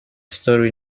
story